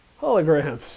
holograms